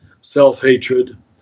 self-hatred